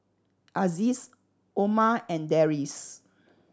Aziz Omar and Deris